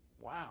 Wow